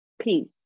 Peace